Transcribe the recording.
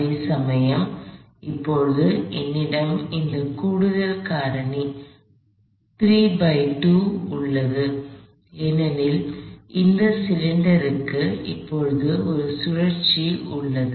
அதேசமயம் இப்போது என்னிடம் இந்த கூடுதல் காரணி உள்ளது ஏனெனில் இந்த சிலிண்டருக்கு இப்போது ஒரு சுழற்சி உள்ளது